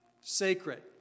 Sacred